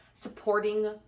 supporting